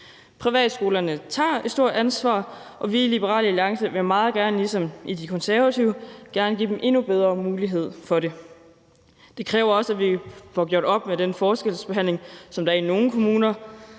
Privatskolerne tager et stort ansvar, og vi i Liberal Alliance vil meget gerne ligesom De Konservative give dem endnu bedre muligheder for at gøre det. Det kræver også, at vi får gjort op med den forskelsbehandling, som nogle kommuner